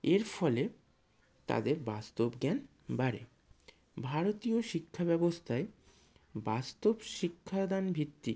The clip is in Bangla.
এর ফলে তাদের বাস্তব জ্ঞান বাড়ে ভারতীয় শিক্ষা ব্যবস্থায় বাস্তব শিক্ষাদান ভিত্তিক